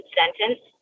sentence